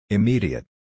Immediate